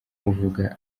buvuga